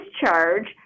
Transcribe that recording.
discharge